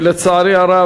ולצערי הרב,